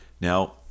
now